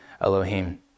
Elohim